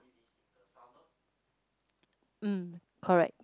mm correct